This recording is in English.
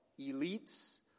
elites